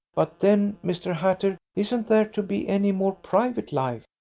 but then, mr. hatter, isn't there to be any more private life?